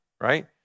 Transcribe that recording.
right